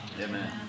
Amen